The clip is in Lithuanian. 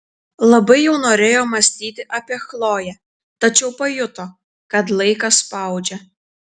labai jau norėjo mąstyti apie chloję tačiau pajuto kad laikas spaudžia